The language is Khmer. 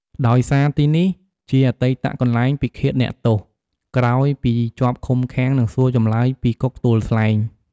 ដោយសារទីនេះជាអតីតកន្លែងពិឃាតអ្នកទោស ក្រោយពីជាប់ឃុំឃាំង និងសួរចម្លើយពីគុកទួលស្លែង។